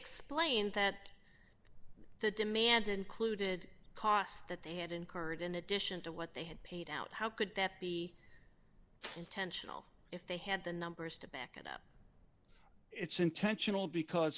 explain that the demands included costs that they had incurred in addition to what they had paid out how could that be intentional if they had the numbers to back it up it's intentional because